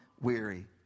weary